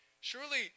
Surely